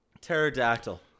pterodactyl